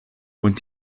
und